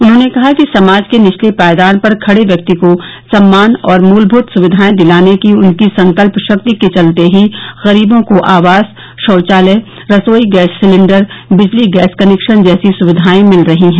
उन्होंने कहा कि समाज के निचले पायदान पर खडे व्यक्ति को सम्मान और मूलभूत सुविधायें दिलाने की उनकी संकल्प शक्ति के चलते ही गरीबों को आवास शौचालय रसोई गैस सिलिण्डर बिजली गैस कनेक्शन जैसी सुविवायें मिल रही हैं